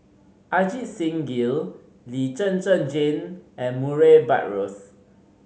Ajit Singh Gill Lee Zhen Zhen Jane and Murray Buttrose